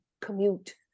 commute